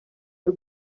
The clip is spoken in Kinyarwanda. y’u